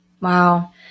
Wow